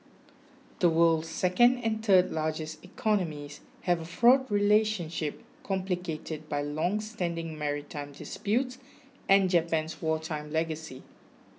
the world's second and third largest economies have a fraught relationship complicated by longstanding maritime disputes and Japan's wartime legacy